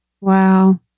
Wow